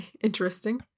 interesting